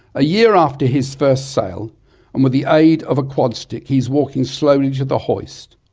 a year after his first sail and with the aid of a quad stick he is walking slowly to the hoist.